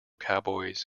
cowboys